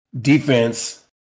defense